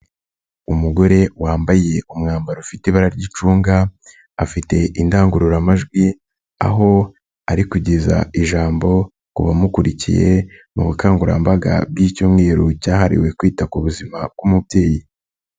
Umugore wambaye umwambaro ufite ibara ry'icunga, afite indangururamajwi, aho ari kugeza ijambo ku bamukurikiye mu bukangurambaga bw'icyumweru cyahariwe kwita ku buzima bw'umubyeyi.